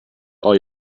all